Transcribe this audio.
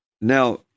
now